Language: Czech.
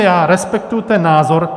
Já respektuji ten názor.